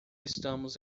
estamos